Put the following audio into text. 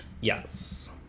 Yes